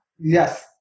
Yes